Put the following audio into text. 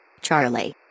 Charlie